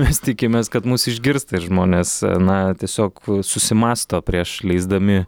mes tikimės kad mus išgirsta ir žmonės na tiesiog susimąsto prieš leisdami